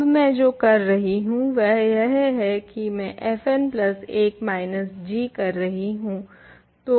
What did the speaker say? अब जो मैं करने जा रही हूँ वह है fn प्लस 1 माइनस g